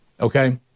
Okay